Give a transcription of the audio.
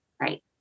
right